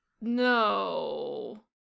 no